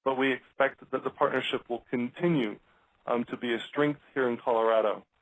ah we expect that the partnership will continue um to be a strength here in colorado